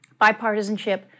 Bipartisanship